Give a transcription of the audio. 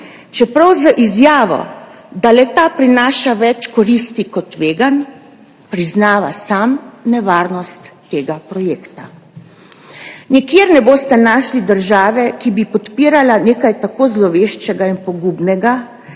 čeprav z izjavo, da le-ta prinaša več koristi kot tveganj, sam priznava nevarnost tega projekta. Nikjer ne boste našli države, ki bi podpirala nekaj tako zloveščega in pogubnega